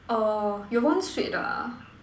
orh you want sweet ah